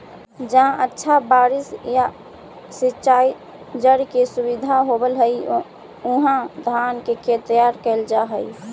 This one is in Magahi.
जहाँ अच्छा बारिश या सिंचाई जल के सुविधा होवऽ हइ, उहाँ धान के खेत तैयार कैल जा हइ